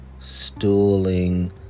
stooling